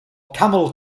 camel